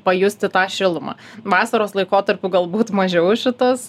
pajusti tą šilumą vasaros laikotarpiu galbūt mažiau šitas